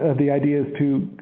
the idea is to